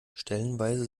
stellenweise